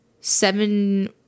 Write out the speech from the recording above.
seven